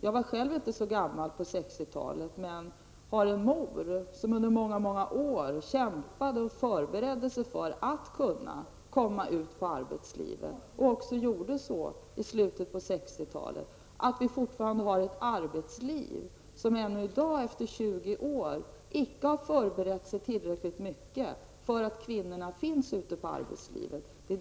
Jag var själv inte så gammal på 60-talet, men jag har en mor som under många år kämpade och förberedde sig för att kunna komma ut i arbetslivet. Hon gjorde detta också i slutet av 60-talet. Det som vi har diskuterat här i kammaren i dag är att vi fortfarande efter tjugo år har ett arbetsliv som ännu icke har förberett sig tillräckligt mycket för att kvinnorna finns ute i arbetslivet.